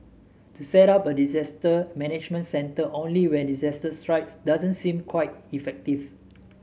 to set up a disaster management centre only when disaster strikes doesn't seem quite effective